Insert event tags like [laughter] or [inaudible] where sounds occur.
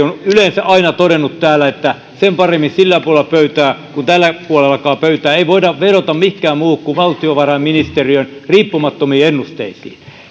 [unintelligible] on yleensä aina todennut täällä että sen paremmin sillä puolella pöytää kuin tälläkään puolella pöytää ei voida vedota mihinkään muuhun kuin valtiovarainministeriön riippumattomiin ennusteisiin